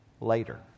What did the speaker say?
later